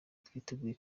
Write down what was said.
twitegure